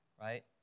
right